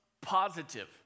positive